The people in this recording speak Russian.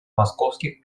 московских